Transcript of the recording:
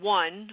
one